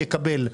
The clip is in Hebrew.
יקבל.